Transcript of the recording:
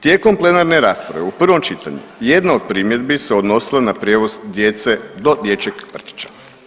Tijekom plenarne rasprave u prvom čitanju jedna od primjedbi se odnosila na prijevoz djece do dječjeg vrtića.